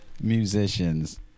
musicians